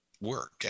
work